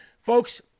folks